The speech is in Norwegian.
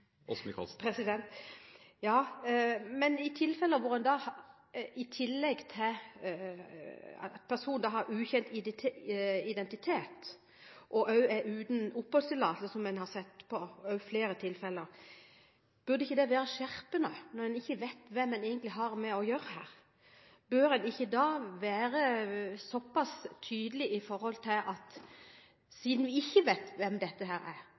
I tilfeller der en person har ukjent identitet og også er uten oppholdstillatelse, som en har sett i flere tilfeller, burde ikke det være skjerpende – når en egentlig ikke vet hvem en har med å gjøre? Bør en ikke da være så pass tydelig, siden vi ikke vet hvem dette er, at en kanskje tar i bruk varetekt eller en eller annen form for lukket mottak i slike tilfeller? Vi